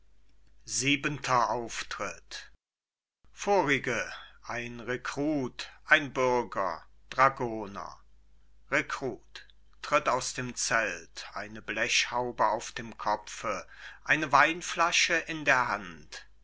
siebenter auftritt vorige ein rekrut ein bürger dragoner rekrut tritt aus dem zelt eine blechhaube auf dem kopfe eine weinfasche in der hand